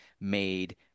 made